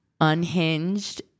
unhinged